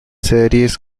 series